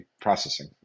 processing